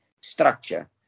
structure